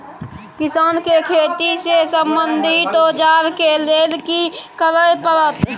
किसान के खेती से संबंधित औजार के लेल की करय परत?